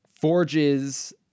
forges